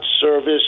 service